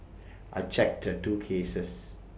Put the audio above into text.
I checked the two cases